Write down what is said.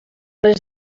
les